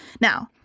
Now